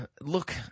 look